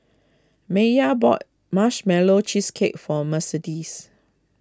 Maiya bought Marshmallow Cheesecake for Mercedes